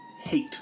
Hate